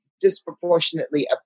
disproportionately